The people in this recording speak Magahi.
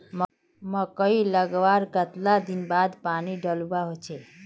मकई लगवार कतला दिन बाद पानी डालुवा होचे?